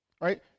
right